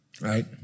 right